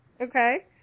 Okay